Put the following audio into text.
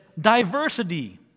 diversity